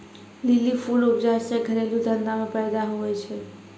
lily फूल उपजा से घरेलू धंधा मे फैदा हुवै छै